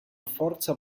forza